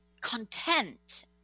content